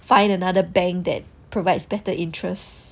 find another bank that provides better interest